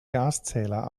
gaszähler